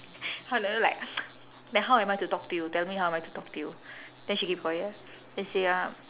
how like that like like how am I to talk to you tell me how am I to talk to you then she keep quiet then say uh